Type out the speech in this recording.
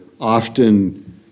often